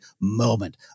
moment